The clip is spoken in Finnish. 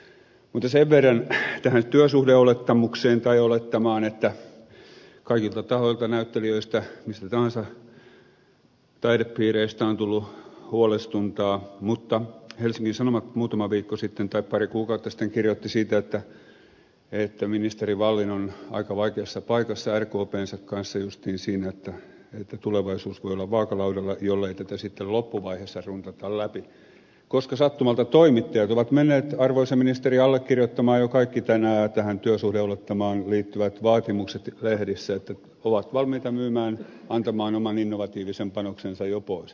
mutta sen verran tähän työsuhdeolettamaan että kaikilta tahoilta näyttelijöiltä mistä tahansa taidepiireistä on tullut huolestuntaa mutta helsingin sanomat muutama pari kuukautta sitten kirjoitti siitä että ministeri wallin on aika vaikeassa paikassa rkpnsa kanssa justiin siinä että tulevaisuus voi olla vaakalaudalla jollei tätä sitten loppuvaiheessa runtata läpi koska sattumalta toimittajat ovat menneet arvoisa ministeri allekirjoittamaan jo kaikki tänään tähän työsuhdeolettamaan liittyvät vaatimukset lehdissä että ovat valmiita myymään antamaan oman innovatiivisen panoksensa jo pois